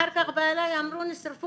אחר כך בא אליי: אמרו שנשרפו.